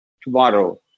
tomorrow